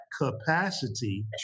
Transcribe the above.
capacity